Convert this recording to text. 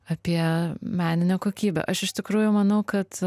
apie meninę kokybę aš iš tikrųjų manau kad